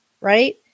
right